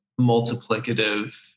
multiplicative